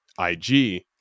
IG